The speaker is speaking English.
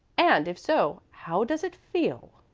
and, if so, how does it feel?